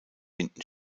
hinten